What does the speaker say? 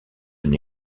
une